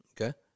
Okay